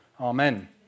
Amen